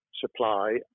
supply